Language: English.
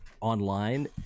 online